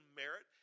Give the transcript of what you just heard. merit